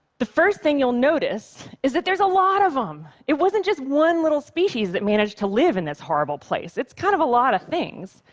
the first thing you'll notice is that there's a lot of them. it wasn't just one little species that managed to live in this horrible place. it's kind of a lot of things.